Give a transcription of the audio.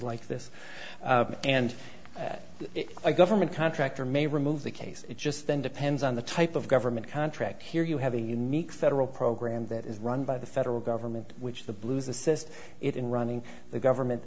like this and that if a government contractor may remove the case it just then depends on the type of government contract here you have a unique federal program that is run by the federal government which the blues assist it in running the government